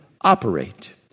operate